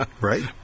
Right